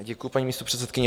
Děkuji, paní místopředsedkyně.